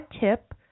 tip